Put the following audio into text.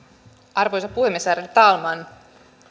arvoisa puhemies värderade talman